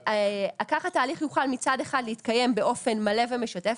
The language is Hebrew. כך התהליך יוכל מצד אחד להתקיים באופן מלא ומשתף,